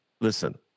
Listen